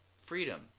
freedom